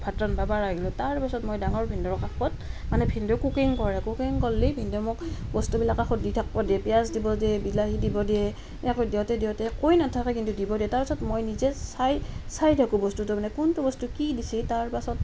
ভাত ৰান্ধিব পাৰা হ'লোঁ তাৰপাছত মই ডাঙৰ ভিনদেউৰ কাষত মানে ভিনদেৱে কুকিং কৰে কুকিং কৰিলে ভিনদেৱে মোক বস্তুবিলাকক কাষত দি থাকিব দিয়ে পিঁয়াজ দিব দিয়ে বিলাহী দিব দিয়ে এনেকৈ দিওঁতে দিওঁতে কৈ নাথাকে কিন্তু দিব দিয়ে তাৰপাছত মই নিজে চাই চাই থাকোঁ বস্তুটো মানে কোনটো বস্তু কি দিছে তাৰপাছত